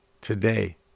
Today